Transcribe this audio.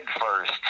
first